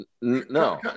No